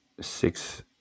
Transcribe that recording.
six